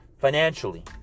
financially